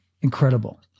Incredible